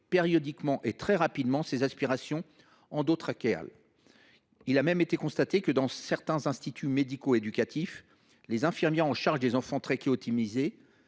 périodiquement et très rapidement ces aspirations endotrachéales. Il a même été constaté que, dans certains instituts médico éducatifs (IME), les infirmières responsables des enfants trachéotomisés